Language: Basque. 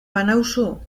banauzu